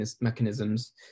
mechanisms